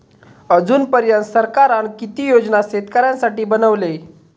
अजून पर्यंत सरकारान किती योजना शेतकऱ्यांसाठी बनवले?